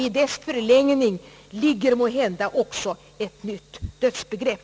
I dess förlängning ligger måhända också ett nytt dödsbegrepp.